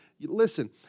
listen